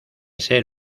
ser